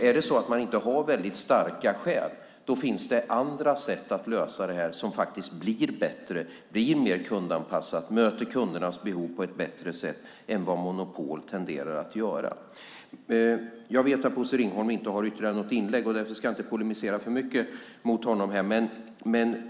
Om man inte har väldigt starka skäl finns det andra lösningar som blir bättre, mer kundanpassade och möter kundernas behov på ett bättre sätt än vad monopol tenderar att göra. Jag vet att Bosse Ringholm inte har något ytterligare inlägg så jag ska inte polemisera för mycket mot honom.